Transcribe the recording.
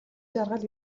жаргал